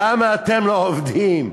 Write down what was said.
למה אתם לא עובדים?